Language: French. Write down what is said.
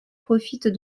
profitent